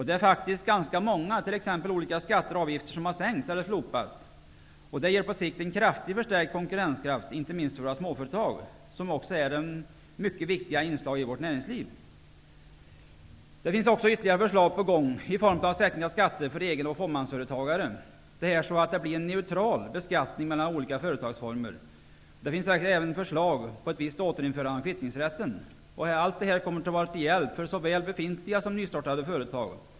Det är faktiskt ganska många skatter och avgifter som har sänkts eller slopats. Det ger på sikt en kraftigt förstärkt konkurrenskraft, inte minst för våra småföretag som också utgör ett mycket viktigt inslag i vårt näringsliv. Det finns ytterligare förslag på gång om särskilda skatter för egen och fåmansföretagare. De innebär en neutral beskattning för olika företagsformer. Det finns även förslag om ett visst återinförande av kvittningsrätten. Allt detta kommer att vara till hjälp för såväl befintliga som nystartade företag.